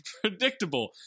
Predictable